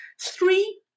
three